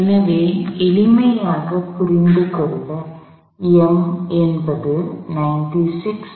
எனவே எளிமையாக புரிந்து கொள்ள m என்பது 9